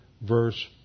verse